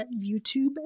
YouTube